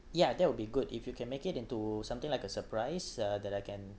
yeah that will be good if you can make it into something like a surprise uh